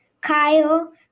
Kyle